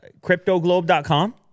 Cryptoglobe.com